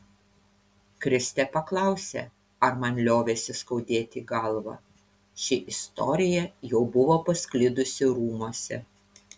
kristė paklausė ar man liovėsi skaudėti galvą ši istorija jau buvo pasklidusi rūmuose